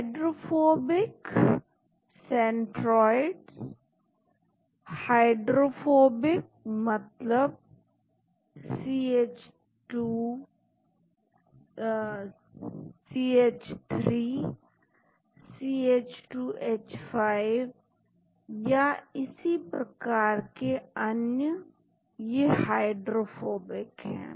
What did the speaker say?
hydrophobic centroids hydrophobic मतलब CH3 C2H5 या इसी प्रकार के अन्य यह हाइड्रोफोबिक है